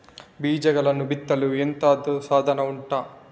ಬೀಜಗಳನ್ನು ಬಿತ್ತಲು ಎಂತದು ಸಾಧನ ಉಂಟು?